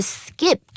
skip